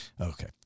Okay